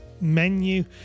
menu